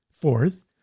Fourth